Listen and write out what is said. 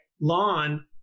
lawn